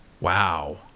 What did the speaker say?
Wow